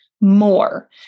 more